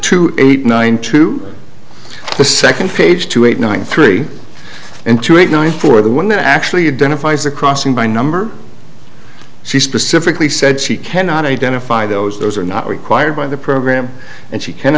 true eight nine to the second page to eight nine three and two eight nine for the one that actually identify is the crossing by number she specifically said she cannot identify those those are not required by the program and she can